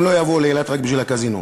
הם לא יבואו לאילת רק בשביל הקזינו.